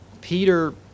Peter